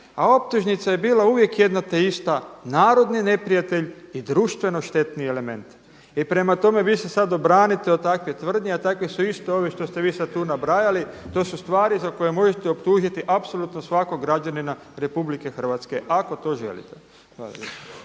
a optužnica je bila uvijek jedno te ista, narodni neprijatelj i društveno štetni element. I prema tome, vi se sada obranite od takve tvrdnje a takve su iste ove što ste vi sada tu nabrajali. To su stvari za koje možete optužiti apsolutno svakog građanina RH ako to želite.